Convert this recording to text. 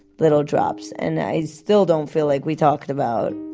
little drops. and i still don't feel like we talked about